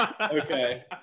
Okay